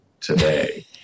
today